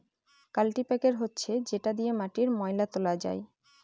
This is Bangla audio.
কাল্টিপ্যাকের হচ্ছে যেটা দিয়ে মাটির ময়লা তোলা হয়